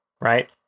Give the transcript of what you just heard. right